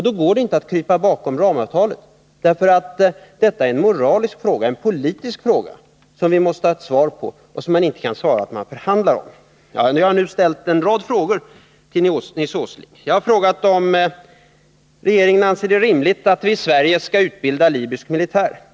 Då går det inte att krypa bakom ramavtalet, för detta är en moralisk och politisk fråga, som vi måste ha svar på och som man inte kan svara på genom att säga att man förhandlar. Jag har nu ställt en rad frågor till Nils Åsling. Jag har frågat om regeringen anser det rimligt att vi i Sverige skall utbilda libysk militär.